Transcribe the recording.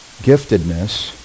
giftedness